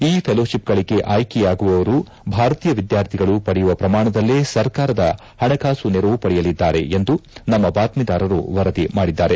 ಈ ಫೆಲೋಶಿಪ್ಗಳಿಗೆ ಆಯ್ಲೆಯಾಗುವವರು ಭಾರತೀಯ ವಿದ್ಯಾರ್ಥಿಗಳು ಪಡೆಯುವ ಪ್ರಮಾಣದಲ್ಲೇ ಸರ್ಕಾರದ ಹಣಕಾಸು ನೆರವು ಪಡೆಯಲಿದ್ದಾರೆ ಎಂದು ನಮ್ನ ಬಾತ್ತೀದಾರರು ವರದಿ ಮಾಡಿದ್ದಾರೆ